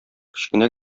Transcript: кечкенә